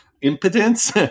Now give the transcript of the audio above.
impotence